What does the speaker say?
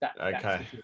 Okay